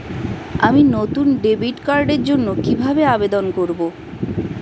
আমি নতুন ডেবিট কার্ডের জন্য কিভাবে আবেদন করব?